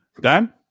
Dan